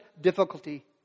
difficulty